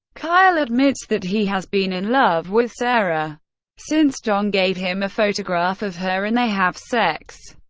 kyle admits that he has been in love with sarah since john gave him a photograph of her, and they have sex.